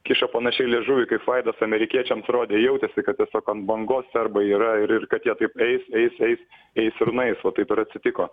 kiša panašiai liežuvį kaip vaidas amerikiečiams rodė jautėsi kad tiesiog ant bangos serbai yra ir ir kad jie taip eis eis eis eis ir nueis va taip ir atsitiko